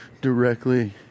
directly